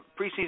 preseason